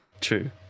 True